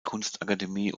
kunstakademie